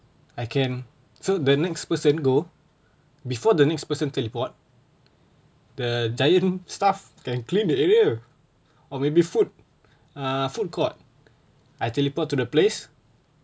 I can so the next person go before the next person teleport the giant staff can claim that area or maybe food uh food court I teleport to the place